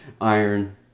iron